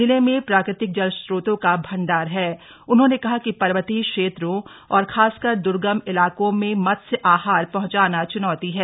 जिले में प्राकृतिक जल स्रोतों का भंडार हण उन्होंने कहा कि पर्वतीय क्षेत्रों और खासकर द्र्गम इलाकों में मत्स्य आहार पहंचाना च्नौती है